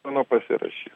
manau pasirašys